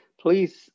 please